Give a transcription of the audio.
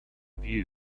view